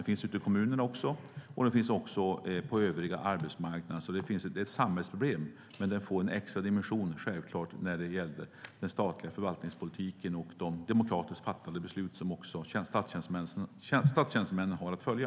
Det finns ute i kommunerna och också på den övriga arbetsmarknaden. Det är ett samhällsproblem. Men det får en extra dimension när det gäller den statliga förvaltningspolitiken och demokratiskt fattade beslut som statstjänstemännen har att följa.